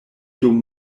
dum